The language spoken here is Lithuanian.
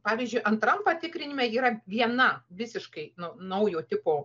pavyzdžiui antram patikrinime yra viena visiškai nu naujo tipo